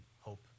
hope